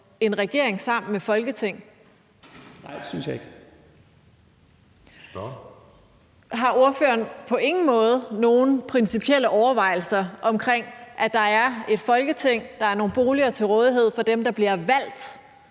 Spørgeren. Kl. 18:31 Samira Nawa (RV): Har ordføreren på ingen måde nogle principielle overvejelser om, at der er et Folketing, og at der er nogle boliger til rådighed for dem, der bliver valgt